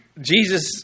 Jesus